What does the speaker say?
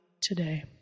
today